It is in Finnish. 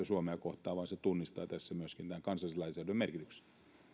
suomea kohtaan vaan se tunnistaa tässä myöskin kansallisen lainsäädännön merkityksen